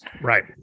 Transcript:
right